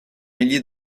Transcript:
milliers